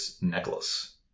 necklace